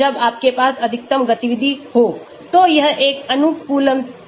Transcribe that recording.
जब आपके पास अधिकतम गतिविधि हो तो यह एक अनुकूलतम log p है